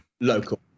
local